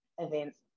events